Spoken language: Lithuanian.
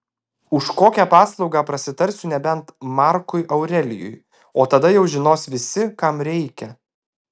už kokią paslaugą prasitarsiu nebent markui aurelijui o tada jau žinos visi kam reikia